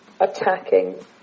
attacking